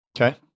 Okay